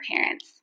parents